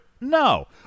No